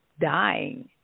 dying